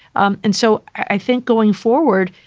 um and so i think going forward.